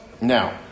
Now